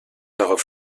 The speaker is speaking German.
darauf